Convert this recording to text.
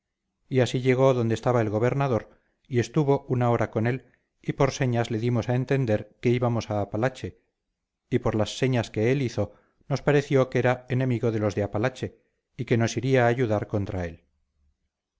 y así llegó donde estaba el gobernador y estuvo una hora con él y por señas le dimos a entender que íbamos a apalache y por las señas que él hizo nos pareció que era enemigo de los de apalache y que nos iría a ayudar contra él